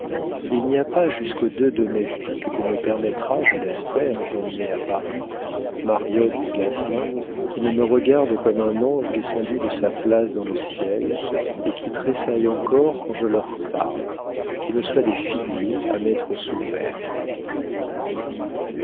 il n'y a pas jusqu'aux deux domestiques qu'on me permettra je l'espère d'emmener à paris mariotte et gasselin qui ne me regardent comme un ange descendu de sa place dans le ciel et qui tressaillent encore quand je leur parle qui ne soient des figures à mettre sous verre